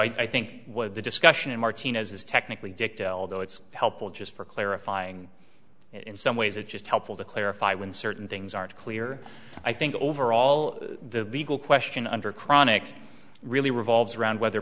so i think what the discussion in martinez is technically dicta although it's helpful just for clarifying in some ways it's just helpful to clarify when certain things aren't clear i think overall the legal question under cronic really revolves around whether